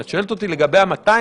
את שואלת אותי לגבי ה-200,